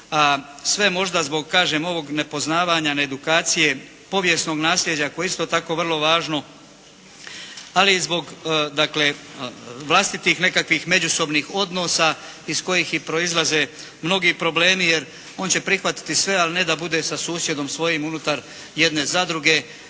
zbog kažem ovog nepoznavanja, needukacije, povjesnog nasljeđa koje je isto tako vrlo važno, ali i zbog dakle vlastitih nekakvih međusobnih odnosa iz kojih i proizlaze mnogi problemi, jer on će prihvatiti sve, ali ne da bude sa susjedom svojim unutar jedne zadruge